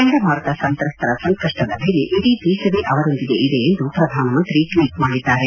ಚಂಡಮಾರುತ ಸಂತ್ರಸ್ತರ ಸಂಕಷ್ಟದ ವೇಳೆ ಇಡೀ ದೇಶವೇ ಅವರೊಂದಿಗೆ ಇದೆ ಎಂದು ಪ್ರಧಾನಮಂತ್ರಿ ಟ್ವಚ್ ಮಾಡಿದ್ದಾರೆ